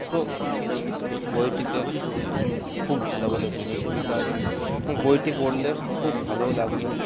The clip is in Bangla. তো বইটিতে খুব ভালো ভালো জিনিসও লিখা আছে বইটি পড়লে খুব ভালোও লাগবে